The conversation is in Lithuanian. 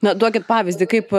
na duokit pavyzdį kaip